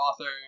author